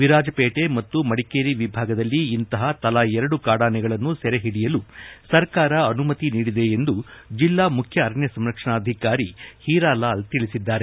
ವಿರಾಜಪೇಟೆ ಹಾಗೂ ಮಡಿಕೇರಿ ವಿಭಾಗದಲ್ಲಿ ಇಂತಹ ತಲಾ ಎರಡು ಕಾಡಾನೆಗಳನ್ನು ಸೆರೆಹಿಡಿಯಲು ಸರ್ಕಾರ ಅನುಮತಿ ನೀಡಿದೆ ಎಂದು ಜಿಲ್ಲಾ ಮುಖ್ಯ ಅರಣ್ಯ ಸಂರಕ್ಷಣಾಧಿಕಾರಿ ಹೀರಲಾಲ್ ತಿಳಿಸಿದ್ದಾರೆ